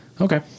okay